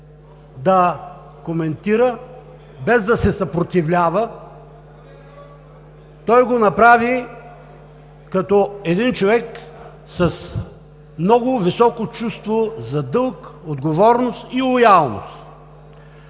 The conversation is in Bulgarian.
да коментира, без да се съпротивлява. Той го направи като един човек с много високо чувство за дълг, отговорност и лоялност.